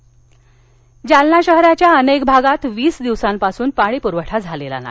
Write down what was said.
जालना जालना शहराच्या अनेक भागात वीस दिवसांपासून पाणीपूरवठा झालेला नाही